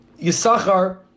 Yisachar